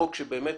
חוק שבאמת